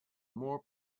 more